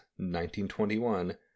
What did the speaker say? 1921